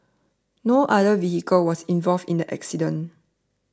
no other vehicle was involved in the accident